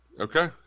Okay